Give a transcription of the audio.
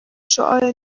شعاع